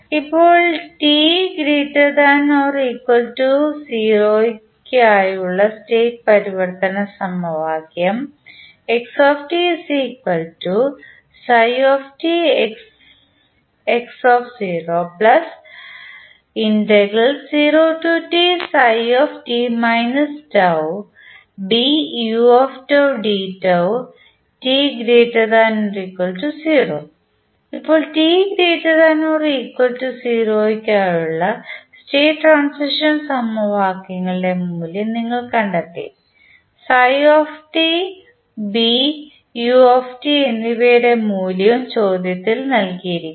ഇപ്പോൾ t≥0 നായുള്ള സ്റ്റേറ്റ് പരിവർത്തന സമവാക്യം ഇപ്പോൾ t≥0 നായുള്ള സ്റ്റേറ്റ് ട്രാൻസിഷൻ സമവാക്യത്തിൻറെ മൂല്യം നിങ്ങൾ കണ്ടെത്തി u എന്നിവയുടെ മൂല്യവും ചോദ്യത്തിൽ നൽകിയിരിക്കുന്നു